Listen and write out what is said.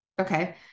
Okay